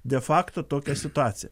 de fakto tokią situaciją